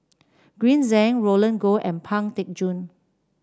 Green Zeng Roland Goh and Pang Teck Joon